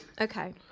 Okay